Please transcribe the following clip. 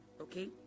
okay